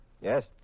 Yes